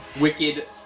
wicked